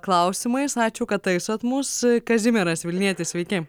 klausimais ačiū kad taisot mus kazimieras vilnietis sveiki